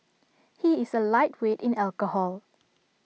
he is A lightweight in alcohol